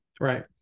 Right